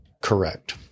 correct